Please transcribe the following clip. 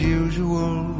usual